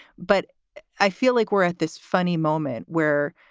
but i feel like we're at this funny moment where,